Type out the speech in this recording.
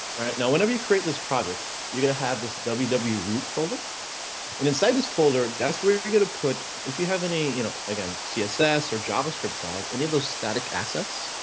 right now whenever you create this project, you're going to have this ww ww root folder and inside this folder that's where you're going to put. if you have any you know, again, see ss or javascript files. any of those static assets.